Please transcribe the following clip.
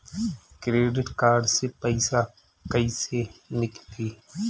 Credit card से पईसा केइसे निकली?